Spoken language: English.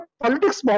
politics